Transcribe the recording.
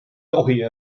tohi